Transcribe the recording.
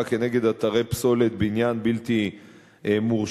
כנגד אתרי פסולת בניין בלתי מורשים.